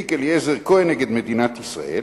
בתיק אליעזר כהן נגד מדינת ישראל,